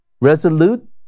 resolute